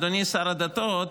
אדוני שר הדתות,